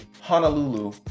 Honolulu